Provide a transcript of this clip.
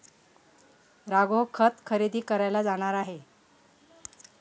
राघव खत खरेदी करायला जाणार आहे